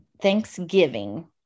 thanksgiving